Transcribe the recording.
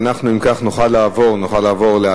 אנחנו, אם כך, נוכל לעבור להצבעה